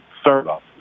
startup